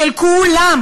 של כולם.